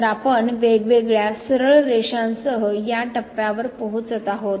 तर आपण वेगवेगळ्या सरळ रेषांसह या टप्प्यावर पोहोचत आहोत